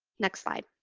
next slide.